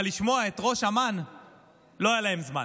אבל לשמוע את ראש אמ"ן לא היה להם זמן.